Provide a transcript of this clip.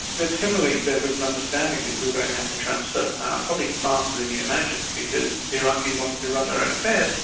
but similarly there was an that you were going to have to transfer power probably faster than you imagined, because the iraqis wanted to run their own affairs,